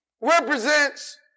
represents